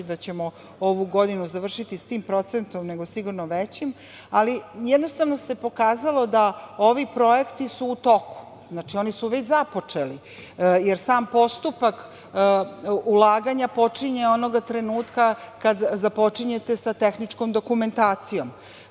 da ćemo ovu godinu završiti s tim procentom, nego sigurno većim, ali jednostavno se pokazalo da su ovi projekti u toku. Znači, oni su već započeli, jer sam postupak ulaganja počinje onoga trenutka kada započinjete sa tehničkom dokumentacijom.